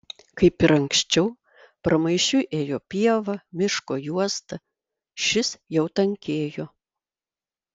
kaip ir anksčiau pramaišiui ėjo pieva miško juosta šis jau tankėjo